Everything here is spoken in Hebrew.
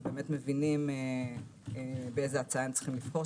ומבינים באיזו הצעה הם צריכים לבחור,